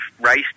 race